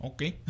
Okay